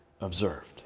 observed